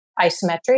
isometric